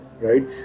right